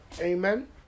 Amen